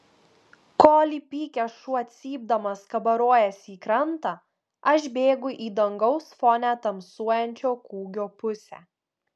kol įpykęs šuo cypdamas kabarojasi į krantą aš bėgu į dangaus fone tamsuojančio kūgio pusę